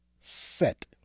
Set